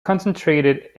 concentrated